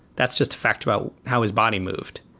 that's just a fact about how his body moved.